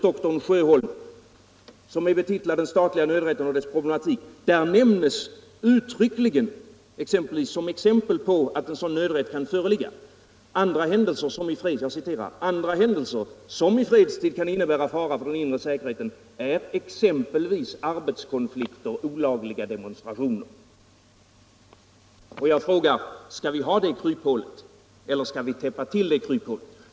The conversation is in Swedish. dr Sjöholm, betitlad Den statliga nödrätten och dess problematik, nämns uttryckligen som exempel på att sådan nödrätt kan föreligga: Andra händelser som i fredstid kan innebära fara för den inre säkerheten är exempelvis arbetskonflikter, olagliga demonstrationer. Jag frågar: Skall vi ha det kryphålet eller skall vi täppa till det?